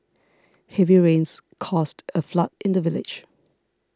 heavy rains caused a flood in the village